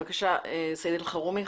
בבקשה, סעיד אלחרומי.